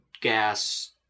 gas